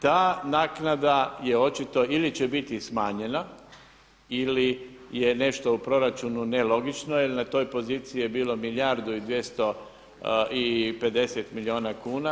Ta naknada je očito ili će biti smanjena ili je nešto u proračunu nelogično jer na toj poziciji je bilo 1 milijardu i 250 milijuna kuna.